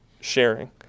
sharing